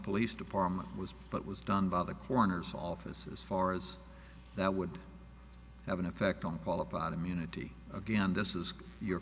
police department was what was done by the coroner's office as far as that would have an effect on qualified immunity again this is your